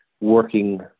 working